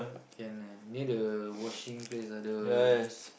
can ah near the washing place ah the